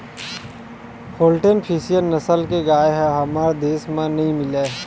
Holstein Friesian नसल के गाय ह हमर देस म नइ मिलय